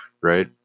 right